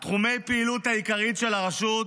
תחומי הפעילות העיקריים של הרשות: